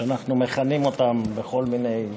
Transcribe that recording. שאנחנו מכנים אותם בכל מיני שמות: